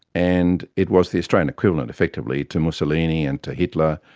and it was the australian equivalent effectively to mussolini and to hitler,